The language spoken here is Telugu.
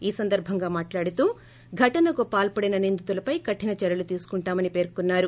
ఈ సందర్బంగా మాట్లాడుతూ ఘటనకు పాల్పడిన నిందితులపై కరిన చర్యలు ేతీసుకుంటామని పేర్కొన్సారు